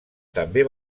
també